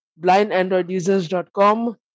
blindandroidusers.com